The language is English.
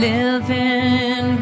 living